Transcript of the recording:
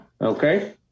Okay